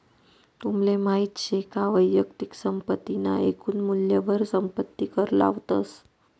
तुमले माहित शे का वैयक्तिक संपत्ती ना एकून मूल्यवर संपत्ती कर लावतस